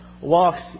walks